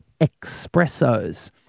Espresso's